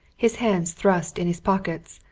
his hands thrust in his pockets,